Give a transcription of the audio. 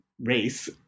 race